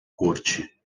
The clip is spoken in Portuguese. corte